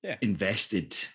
invested